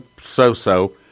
so-so